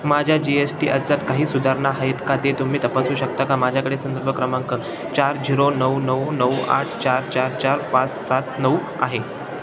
माझ्या G S T अर्जात काही सुधारणा आहेत का ते तुम्ही तपासू शकता का माझ्याकडे संदर्भ क्रमांक चार झिरो नऊ नऊ नऊ आठ चार चार चार पाच सात नऊ आहे